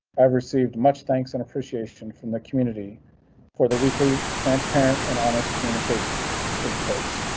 i've received much thanks and appreciation from the community for the weekly transparent. and honest communication in quotes.